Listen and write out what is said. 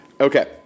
Okay